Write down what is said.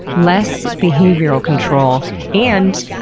less behavioral control and,